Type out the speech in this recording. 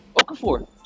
Okafor